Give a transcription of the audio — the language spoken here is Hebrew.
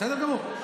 בסדר גמור,